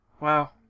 Wow